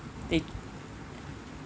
they